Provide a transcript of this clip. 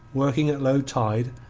working at low tide,